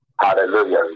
Hallelujah